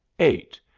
eight.